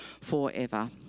forever